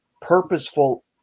purposeful